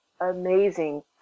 amazing